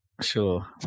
sure